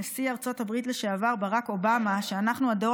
נשיא ארצות הברית לשעבר ברק אובאמה שאנחנו הדור